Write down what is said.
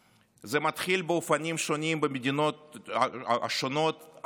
זה מתחיל באופנים שונים במדינות שונות אך תמיד